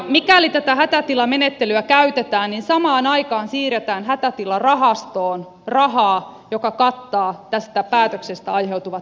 mikäli tätä hätätilamenettelyä käytetään niin samaan aikaan siirretään hätätilarahastoon rahaa joka kattaa tästä päätöksestä aiheutuvat riskit